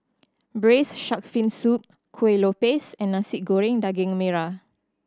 Braised Shark Fin Soup Kuih Lopes and Nasi Goreng Daging Merah